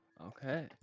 Okay